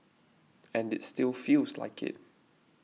and it still feels like it